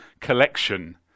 collection